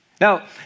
Now